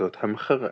שיטות המחרה